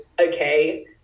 okay